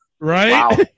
Right